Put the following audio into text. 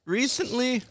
recently